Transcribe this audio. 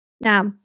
Now